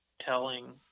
telling –